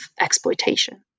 exploitation